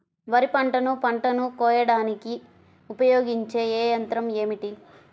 వరిపంటను పంటను కోయడానికి ఉపయోగించే ఏ యంత్రం ఏమిటి?